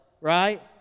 right